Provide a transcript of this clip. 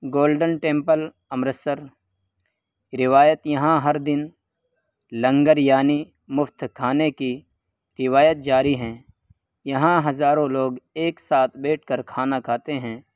golden Temple Amritsar روایت یہاں ہر دن لنگر یعنی مفت کھانے کی روایت جاری ہے یہاں ہزاروں لوگ ایک ساتھ بیٹھ کر کھانا کھاتے ہیں